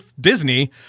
Disney